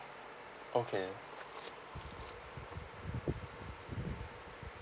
okay